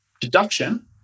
deduction